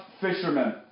fishermen